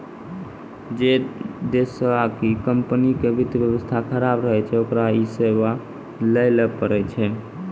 जै देशो आकि कम्पनी के वित्त व्यवस्था खराब रहै छै ओकरा इ सेबा लैये ल पड़ै छै